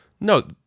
No